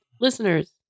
Listeners